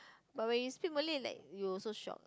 but when you speak Malay like you also shock